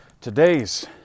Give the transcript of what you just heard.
Today's